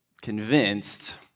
convinced